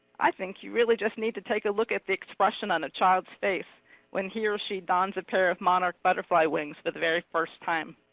i think you really just need to take a look at the expression on a child's face when he or she dons a pair of monarch butterfly wings for the very first time.